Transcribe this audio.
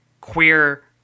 queer